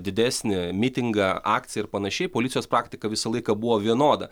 didesnį mitingą akciją ir panašiai policijos praktika visą laiką buvo vienoda